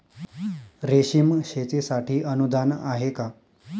रेशीम शेतीसाठी अनुदान आहे का?